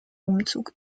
umzug